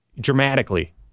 dramatically